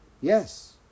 Yes